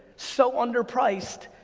so under priced,